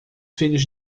filhos